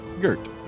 Gert